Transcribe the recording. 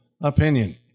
opinion